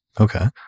Okay